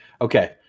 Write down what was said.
okay